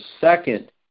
second